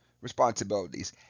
responsibilities